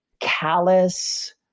callous